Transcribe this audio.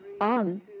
on